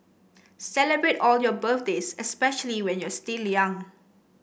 celebrate all your birthdays especially when you're still young